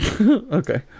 Okay